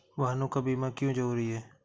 वाहनों का बीमा क्यो जरूरी है?